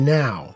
now